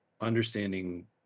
understanding